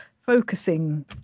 focusing